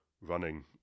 running